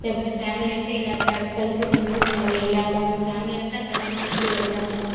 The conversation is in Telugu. లేకపోతే ఫ్యామిలీ అంటే ఇలా క కలిసి మెలిసి ఉండాలి ఇలాగా మేము ఫ్యామిలీ అంతా కలిసిమెలిసి వెళ్తాము